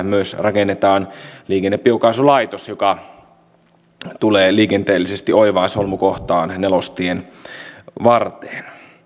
myös rakennetaan liikennebiokaasulaitos joka tulee liikenteellisesti oivaan solmukohtaan nelostien varteen